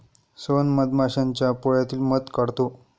सोहन मधमाश्यांच्या पोळ्यातील मध काढतो